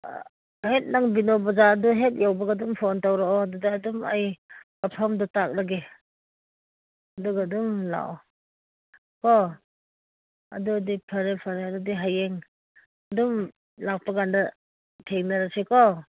ꯍꯦꯛ ꯅꯪ ꯕꯤꯅꯣ ꯕꯖꯥꯔꯗꯨ ꯍꯦꯛ ꯌꯧꯕꯒ ꯑꯗꯨꯝ ꯐꯣꯟ ꯇꯧꯔꯛꯑꯣ ꯑꯗꯨꯗ ꯑꯗꯨꯝ ꯑꯩ ꯃꯐꯝꯗꯣ ꯇꯥꯛꯂꯒꯦ ꯑꯗꯨꯒ ꯑꯗꯨꯝ ꯂꯥꯛꯑꯣ ꯀꯣ ꯑꯗꯨꯗꯤ ꯐꯔꯦ ꯐꯔꯦ ꯑꯗꯨꯗꯤ ꯍꯌꯦꯡ ꯑꯗꯨꯝ ꯂꯥꯛꯄꯀꯥꯟꯗ ꯊꯦꯡꯅꯔꯁꯤꯀꯣ